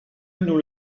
nous